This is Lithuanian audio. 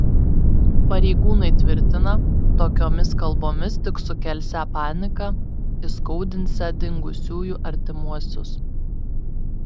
pareigūnai tvirtina tokiomis kalbomis tik sukelsią paniką įskaudinsią dingusiųjų artimuosius